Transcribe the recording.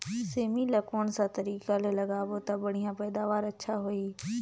सेमी ला कोन सा तरीका ले लगाबो ता बढ़िया पैदावार अच्छा होही?